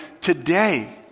today